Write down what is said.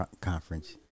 conference